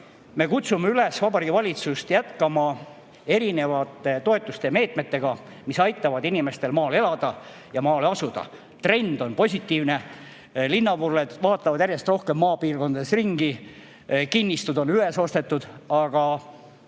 me kutsume üles Vabariigi Valitsust kindlasti jätkama erinevaid toetusi ja meetmeid, mis aitavad inimestel maal elada ja maale asuda. Trend on positiivne. Linnavurled vaatavad järjest rohkem maapiirkondades ringi. Kinnistud on üles ostetud, aga